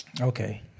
Okay